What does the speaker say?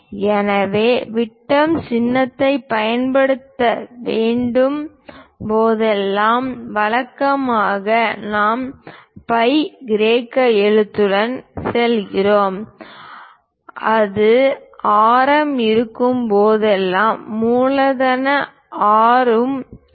எனவே விட்டம் சின்னத்தைப் பயன்படுத்த வேண்டிய போதெல்லாம் வழக்கமாக நாம் பை கிரேக்க எழுத்துடன் செல்கிறோம் அது ஆரம் இருக்கும் போதெல்லாம் மூலதன ஆர் உடன் செல்கிறோம்